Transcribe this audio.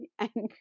angry